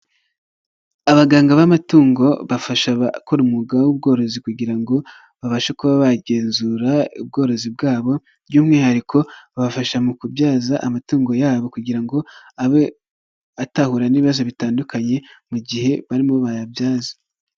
Abaganga b'amatungo bafasha abakora umwuga w'ubworozi; kugira ngo babashe kuba bagenzura ubworozi bwabo by'umwihariko babafasha mu kubyaza amatungo yabo kugira ngo abe atahura n'ibibazo bitandukanye mu gihe barimo bayabyaza.